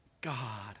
God